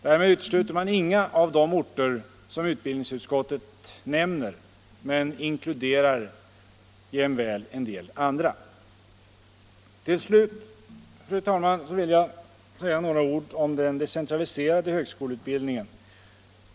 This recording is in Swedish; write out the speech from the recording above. Därmed utesluter man inga av de orter som utbildningsutskottet nämner men inkluderar jämväl en del andra. Till slut, fru talman, vill jag säga några ord om den decentraliserade högskoleutbildningen.